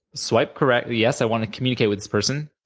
swipe correct yes. i want to communicate with this person,